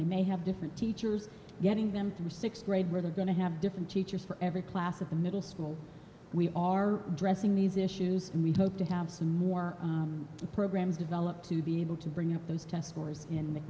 they may have different teachers getting them through sixth grade where they're going to have different teachers for every class of the middle school we are addressing these issues to have some more programs developed to be able to bring up those test scores in the